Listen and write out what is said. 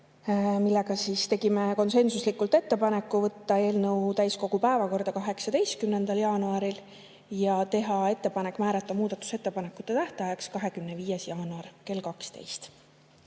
millega tegime konsensuslikult ettepaneku võtta eelnõu täiskogu päevakorda 18. jaanuariks ja teha ettepanek määrata muudatusettepanekute tähtajaks 25. jaanuari kell 12.